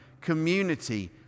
community